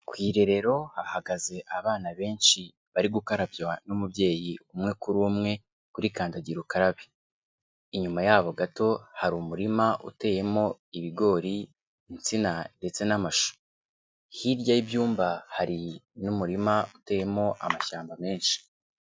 Ku irerero hahagaze abana benshi, bari gukarabywa n'umubyeyi umwe kuri umwe, kuri kandagira ukarabe. Inyuma yabo gato hari umurima uteyemo ibigori, insina ndetse n'amashu. Hirya y'ibyumba hari n'umurima uteyemo amashyamba menshi.